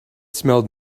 smelled